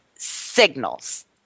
signals